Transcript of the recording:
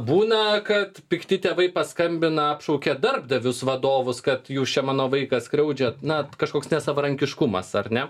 būna kad pikti tėvai paskambina apšaukia darbdavius vadovus kad jūs čia mano vaiką skriaudžiat na kažkoks nesavarankiškumas ar ne